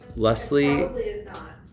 like probably is not.